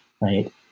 right